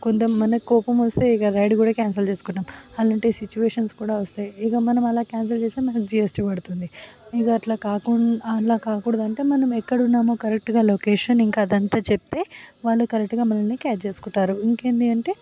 కొంత మనకి కోపం వస్తే ఇక రైడ్ కూడా క్యాన్సిల్ చేసుకుంటాము అలాంటి సిచ్యువేషన్స్ కూడా వస్తాయి ఇక మనం అలా మనం క్యాన్సిల్ చేస్తే మనకి జీఎస్టీ పడుతుంది ఇక అట్లా అలా కాకూడదు అంటే మనం ఎక్కడ ఉన్నామో కరెక్ట్గా లొకేషన్ ఇంకా అదంతా చెబితే వాళ్ళు కరెక్ట్గా మనలని క్యాచ్ చేసుకుంటారు ఇంకేంటి అంటే